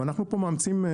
ואנחנו פה מאמצים,